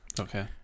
Okay